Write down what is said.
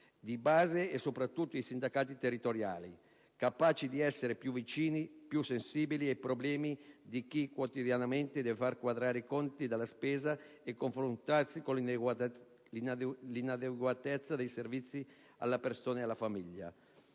di base e soprattutto in sindacati territoriali, capaci di essere più vicini, più sensibili ai problemi di chi quotidianamente deve far quadrare i conti della spesa e confrontarsi con l'inadeguatezza dei servizi alla persona e alla famiglia.